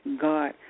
God